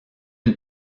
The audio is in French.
une